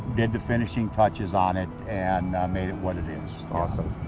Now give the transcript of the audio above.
did the finishing touches on it, and made it what it is. awesome,